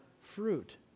fruit